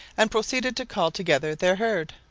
and proceeded to call together their herd.